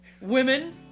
Women